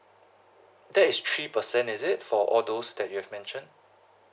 that is three person is it for all those that you have mentioned